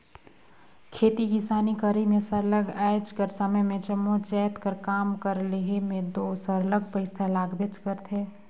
खेती किसानी करई में सरलग आएज कर समे में जम्मो जाएत कर काम कर लेहे में दो सरलग पइसा लागबेच करथे